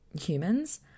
humans